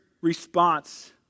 response